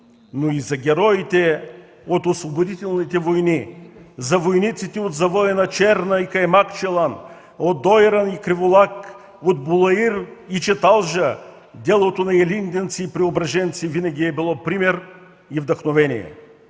Но и за героите от освободителните войни, за войниците от завоя на Черна и Каймакчалан, от Дойран и Криволак, от Булаир и Чаталджа, делото на илинденци и преображенци винаги е било пример и вдъхновение!